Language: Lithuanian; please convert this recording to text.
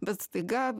bet staiga